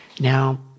Now